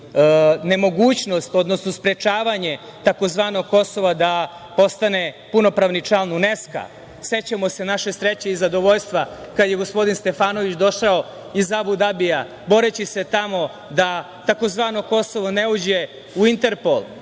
nemogućnost, odnosno sprečavanje tzv. Kosova da postane punopravni član Uneska. Sećamo se naše sreće i zadovoljstva kada je gospodin Stefanović došao iz Abu Dabija boreći se tamo da tzv. Kosovo ne uđe u Interpol. Dakle,